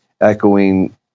echoing